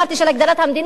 של הגדרת המדינה,